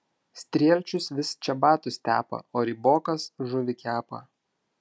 strielčius vis čebatus tepa o rybokas žuvį kepa